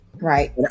Right